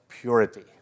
purity